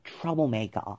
troublemaker